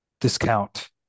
discount